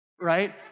right